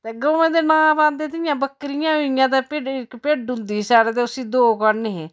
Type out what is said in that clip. ते गवें दे नांऽ पांदे जियां बक्करियां होई गेइयां ते भिड्ड इक भिड्ड होंदी ही साढ़ै ते उसी दो कन्न हे